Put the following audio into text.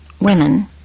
women